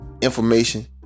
information